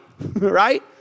right